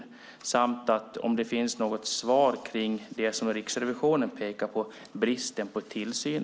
Dessutom undrar jag om hon har någon kommentar när det gäller den av Riksrevisionen påtalade bristen på tillsyn.